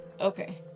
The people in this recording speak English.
Okay